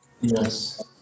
Yes